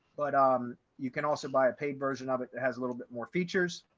but um you can also buy a paid version of it that has a little bit more features.